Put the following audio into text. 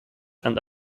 and